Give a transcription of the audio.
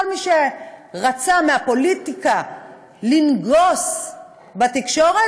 כל מי שרצה מהפוליטיקה לנגוס בתקשורת,